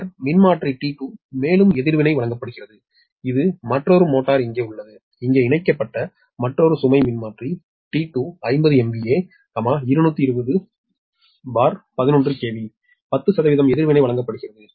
பின்னர் மின்மாற்றி T2 மேலும் எதிர்வினை வழங்கப்படுகிறது இது மற்றொரு மோட்டார் இங்கே உள்ளது இங்கே இணைக்கப்பட்ட மற்றொரு சுமை மின்மாற்றி T2 50 MVA 22011 KV 10 எதிர்வினை வழங்கப்படுகிறது